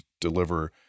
deliver